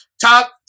top